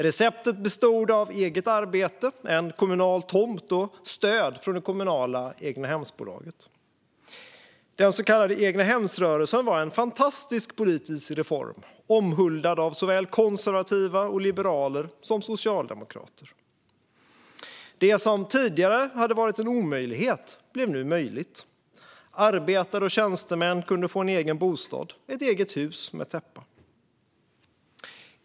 Receptet bestod av eget arbete, en kommunal tomt och stöd från det kommunala Egnahemsbolaget. Den så kallade egnahemsrörelsen var en fantastisk politisk reform, omhuldad av såväl konservativa och liberaler som socialdemokrater. Det som tidigare varit en omöjlighet blev nu möjligt. Arbetare och tjänstemän kunde få en egen bostad - ett eget hus med täppa.